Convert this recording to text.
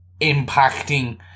impacting